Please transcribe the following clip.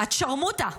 את שרמוטה,